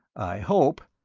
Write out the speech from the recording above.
i hope!